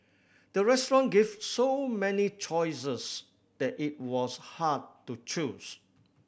the restaurant gave so many choices that it was hard to choose